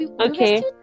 okay